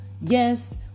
yes